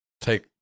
take